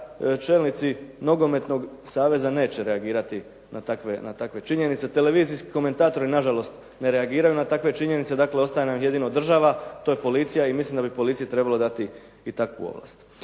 čelnici nogometnog saveza neće reagirati na takve činjenice. Televizijski komentatori nažalost ne reagiraju na takve činjenice. Dakle, ostaje nam jedino država, to je policija i mislim da bi policiji trebalo dati i takvu ovlast.